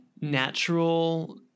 natural